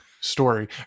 story